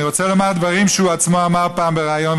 אני רוצה לומר דברים שהוא עצמו אמר פעם בריאיון,